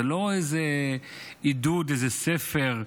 זה לא איזה עידוד, איזה ספר,